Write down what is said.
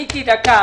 דקה.